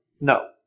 no